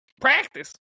Practice